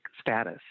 status